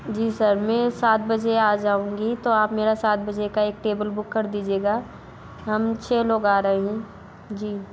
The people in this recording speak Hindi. जी सर मैं सात बज़े आ जाउँगी तो आप मेरा सात बज़े का एक टेबल बुक कर दीजिएगा हम छः लोग आ रहे हैं जी